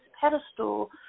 pedestal